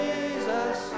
Jesus